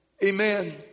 Amen